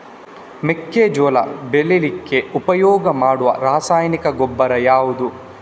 ಮೆಕ್ಕೆಜೋಳ ಬೆಳೀಲಿಕ್ಕೆ ಉಪಯೋಗ ಮಾಡುವ ರಾಸಾಯನಿಕ ಗೊಬ್ಬರ ಯಾವುದು?